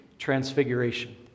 transfiguration